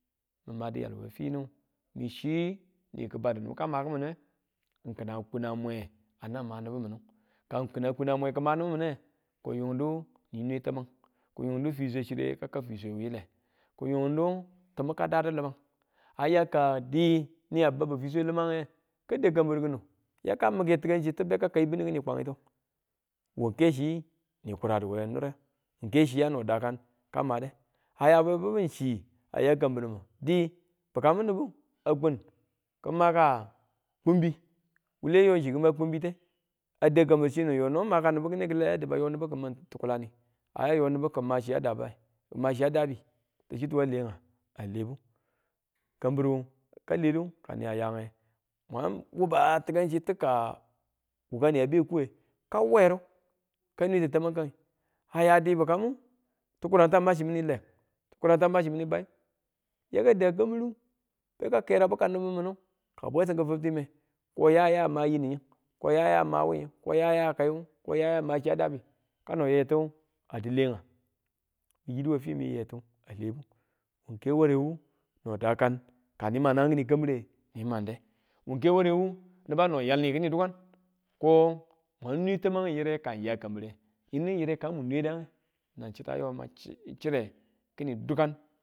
Min ma diyalu we finu, n chii ni kibadu nibu ka ma kiminde, n kin a kun a mwe a nang ma nibu mindu ka kin a kun a mwe ki ma nibu minde kiyung du ni mwe tamang ki yungdu fi swe chire kau fi swe wu yile, ki yungdu timu ka dadu limang a ya ka di ni a babu fi swe limange ka dau kambir kinu yaka mike tikanchi titu be kai bunnu kwangtu, wu ke chi ni kuradu we nire, n ke chi a no dakan ka made a ya we bubu n chi, a ya kambirumu dii bukambu nibu a kun ki maka kumbi wule yo kima kumbite a dau kambir chinu yono maka nibe kila ya dab a yo nibu kimang tikulani a yo nibu ki ma chiya dabe, kima chiya dabi tichituwa a lenga a lebu kambiru ka ledu ka niya a yange mwan wuba tikan chi ti, ka wuni a be kuwe ka weru a ka nweti tamang kangi a ya di bikamu tikurata a machimin yi leng, tikurata a machimin yi bayim, yaka da kambiru beka kere bikam nibu mudu ka bwesim kifibtime ko ya ya ma yinu ying ko yaya wu ying ko ya ya kai wu ko ya ya ma chiya dabi kano yetu a di lenga, min yidu we fimi yetu alebu, n ke warewu no dakan kani ma naang kini kambire ni wande wu ke ware wu niba no yalni kini dukan ko mwan ne tamang yire ka ya kambire, yinu yire kang mun nwedagu nang chita yo mang chire kini dukan